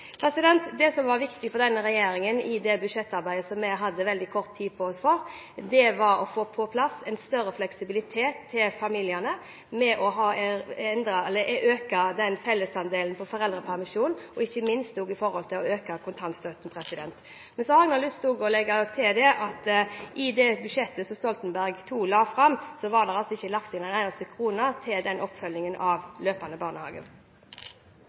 Det som var viktig for denne regjeringen i budsjettarbeidet, hvor vi hadde veldig kort tid på oss, var å få på plass større fleksibilitet til familiene ved å øke fellesandelen på foreldrepermisjonen, og ikke minst ved å øke kontantstøtten. Men jeg har lyst til å legge til at i det budsjettet som Stoltenberg II-regjeringen la fram, var det ikke lagt inn en eneste krone til oppfølgingen av løpende